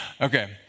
Okay